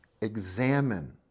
Examine